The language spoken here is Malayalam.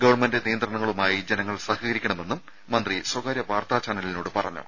ഗവൺമെന്റ് നിയന്ത്രണങ്ങളുമായി ജനങ്ങൾ സഹകരിക്കണമെന്നും മന്ത്രി സ്വകാര്യ വാർത്താ ചാനലിനോട് പറഞ്ഞു